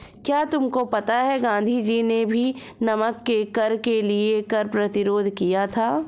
क्या तुमको पता है गांधी जी ने भी नमक के कर के लिए कर प्रतिरोध किया था